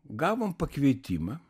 gavom pakvietimą